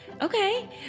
Okay